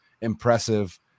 impressive